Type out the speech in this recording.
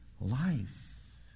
life